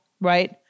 right